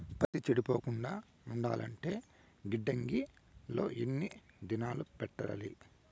పత్తి చెడిపోకుండా ఉండాలంటే గిడ్డంగి లో ఎన్ని దినాలు పెట్టాలి?